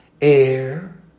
Air